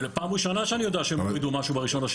פעם ראשונה שאני יודע שהם הורידו משהו ב-1.2.